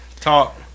talk